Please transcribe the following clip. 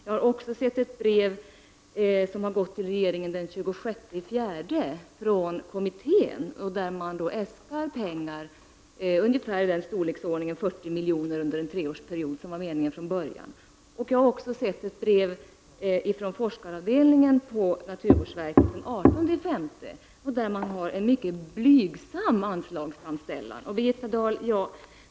Jag har också sett ett brev som gått till regeringen den 26 april från kommittén, där man äskar anslag av ungefär den storleksordning — 40 miljoner under en treårsperiod — som var avsedd från början. Jag har vidare sett ett brev från forskaravdelningen på naturvårdsverket av den 18 maj, där det görs en mycket blygsam anslagsframställan. Birgitta Dahl!